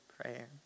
prayer